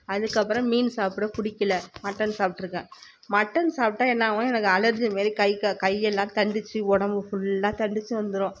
அதுக்கப்புறம் மீன் சாப்பட பிடிக்கில மட்டன் சாப்பிட்ருக்கேன் மட்டன் சாப்பிட்டா என்னாவும் எனக்கு அலெர்ஜி மாரி கை கா கையெல்லாம் தண்டித்து உடம்பு ஃபுல்லா தண்டித்து வந்துரும்